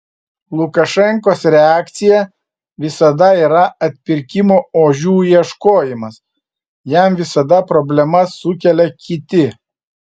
lukašenkos reakcija visada yra atpirkimo ožių ieškojimas jam visada problemas sukelia kiti